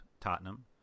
Tottenham